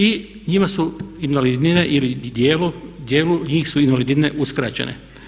I njima su invalidnine ili dijelu njih su invalidnine uskraćene.